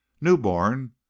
newborn